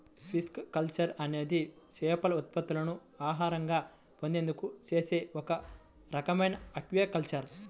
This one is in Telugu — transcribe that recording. పిస్కికల్చర్ అనేది చేపల ఉత్పత్తులను ఆహారంగా పొందేందుకు చేసే ఒక రకమైన ఆక్వాకల్చర్